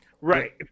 right